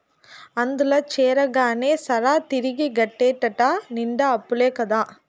అందుల చేరగానే సరా, తిరిగి గట్టేటెట్ట నిండా అప్పులే కదా